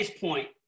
point